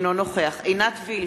אינו נוכח עינת וילף,